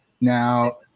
Now